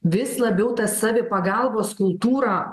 vis labiau ta savipagalbos kultūra